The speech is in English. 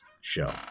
show